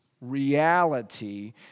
reality